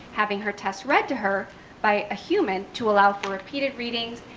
having her test read to her by a human to allow for repeated readings,